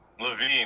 Levine